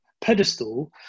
pedestal